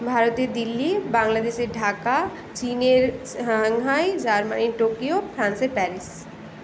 ভারতের দিল্লী বাংলাদেশের ঢাকা চিনের সাংহাই জার্মানির টোকিও ফ্রান্সের প্যারিস